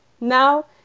now